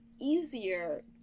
easier